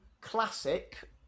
Classic